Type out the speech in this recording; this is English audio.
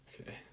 Okay